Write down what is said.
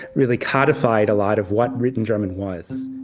really codified a lot of what written german was